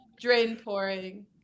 drain-pouring